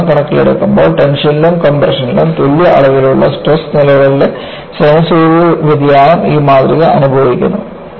ഭ്രമണം കണക്കിലെടുക്കുമ്പോൾ ടെൻഷനിലും കംപ്രഷനിലും തുല്യ അളവിലുള്ള സ്ട്രെസ് നിലകളുടെ സിനുസോയ്ഡൽ വ്യതിയാനം ഈ മാതൃക അനുഭവിക്കുന്നു